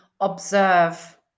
observe